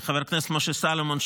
לחבר הכנסת משה סולומון,